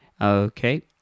Okay